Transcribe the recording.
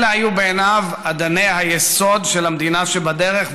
אלה היו בעיניו אדני היסוד של המדינה שבדרך,